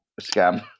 scam